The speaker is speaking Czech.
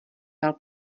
dal